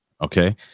Okay